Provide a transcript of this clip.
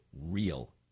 real